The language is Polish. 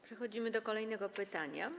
Przechodzimy do kolejnego pytania.